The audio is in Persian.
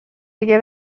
دیگه